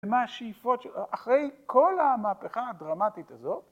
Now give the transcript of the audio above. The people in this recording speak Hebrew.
מה השאיפות, אחרי כל המהפכה הדרמטית הזאת.